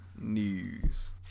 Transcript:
News